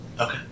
okay